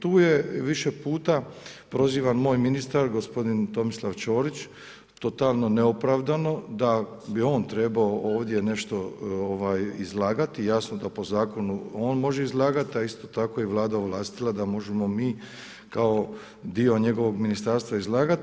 Tu je više puta prozivan moj ministar, gospodin Tomislav Čorić, totalno neopravdano, da bi on trebao ovdje nešto izlagati i jasno da po zakonu on može izlagati a isto tako Vlada ovlastila da možemo mi kao dio njegovog ministarstva izlagati.